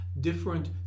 Different